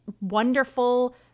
wonderful